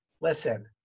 listen